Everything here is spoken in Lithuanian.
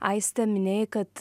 aiste minėjai kad